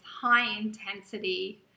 high-intensity